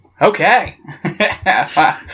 Okay